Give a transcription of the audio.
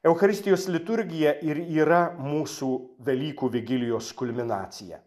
eucharistijos liturgija ir yra mūsų velykų vigilijos kulminacija